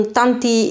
tanti